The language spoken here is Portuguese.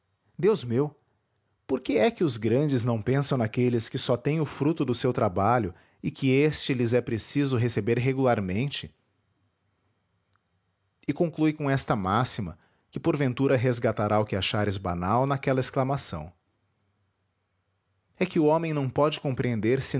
deus meu por que é que os grandes não pensam naqueles que só têm o fruto do seu trabalho e que este lhes é preciso receber regularmente e conclui com esta máxima que porventura resgatará o que achares banal naquela exclamação é que o homem não pode compreender